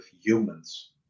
humans